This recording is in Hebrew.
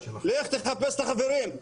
לך תחפש את החברים.